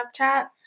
Snapchat